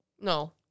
No